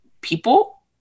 people